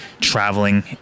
traveling